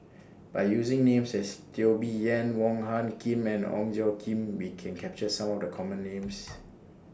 By using Names such as Teo Bee Yen Wong Hung Khim and Ong Tjoe Kim We Can capture Some of The Common Names